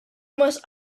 must